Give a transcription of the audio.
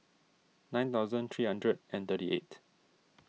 nine thousand three hundred and thirty eight